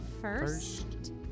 first